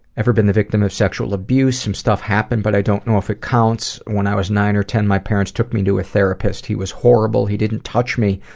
ever been the victim of sexual abuse? some stuff happened but i don't know if it counts. when i was nine or ten, my parents took me to a therapist. he was horrible he didn't touch me,